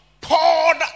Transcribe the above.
poured